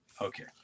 Okay